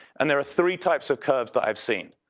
and there are three types of curves that i've seen.